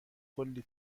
کلّی